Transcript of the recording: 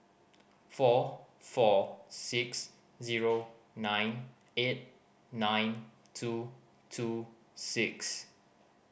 four four six zero nine eight nine two two six